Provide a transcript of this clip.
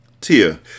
Tia